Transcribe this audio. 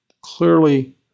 Clearly